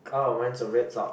oh one is a red sock